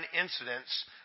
incidents